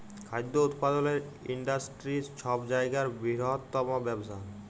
খাদ্য উৎপাদলের ইন্ডাস্টিরি ছব জায়গার বিরহত্তম ব্যবসা